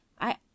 I